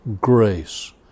Grace